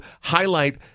highlight